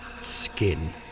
skin